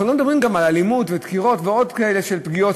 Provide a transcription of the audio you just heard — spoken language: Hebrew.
אנחנו לא מדברים גם על אלימות ודקירות ועוד כאלה פגיעות,